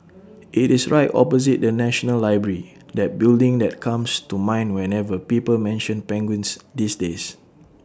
IT is right opposite the National Library that building that comes to mind whenever people mention penguins these days